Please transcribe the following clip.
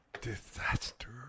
Disaster